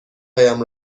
هایم